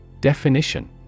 Definition